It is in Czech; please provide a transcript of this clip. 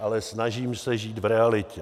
Ale snažím se žít v realitě.